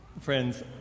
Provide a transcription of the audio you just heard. Friends